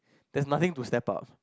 there is nothing to step up